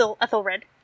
Ethelred